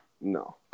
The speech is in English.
No